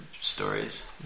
stories